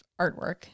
artwork